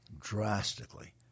Drastically